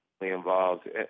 involved